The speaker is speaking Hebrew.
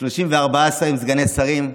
34 סגני שרים,